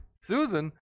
Susan